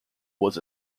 was